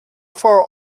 far